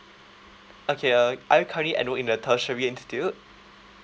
okay uh are you currently enrolled in a tertiary institute